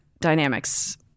dynamics